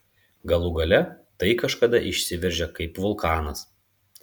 galų gale tai kažkada išsiveržia kaip vulkanas